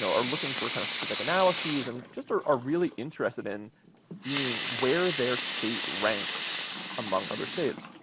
so are looking for kind of specific analyses and just are are really interested in seeing where their state ranks among other states.